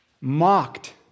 Mocked